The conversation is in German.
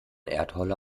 erdholler